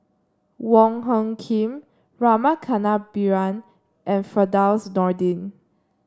Wong Hung Khim Rama Kannabiran and Firdaus Nordin